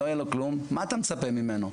מה אתה מצפה ממנו?